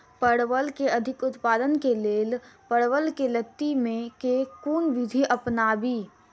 परवल केँ अधिक उत्पादन केँ लेल परवल केँ लती मे केँ कुन विधि अपनाबी?